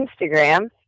Instagram